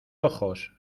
ojos